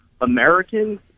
Americans